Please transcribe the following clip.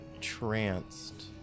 tranced